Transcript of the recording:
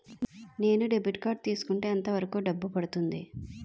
నేను debit card తీసుకుంటే ఎంత వరకు డబ్బు పడుతుంది?